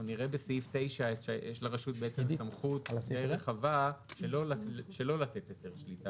אנחנו נראה בסעיף 9 שיש לרשות בעצם סמכות יותר רחבה שלא לתת היתר שליטה.